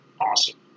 awesome